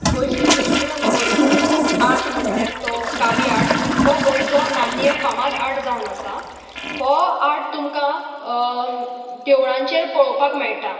गोशी history आनी origin art म्हणल्यार तो कावी आर्ट हो गोंयचो नामनीय फामाद आर्ट जावन आसा हो आर्ट तुमकां देवळांचेर पळोवपाक मेळटा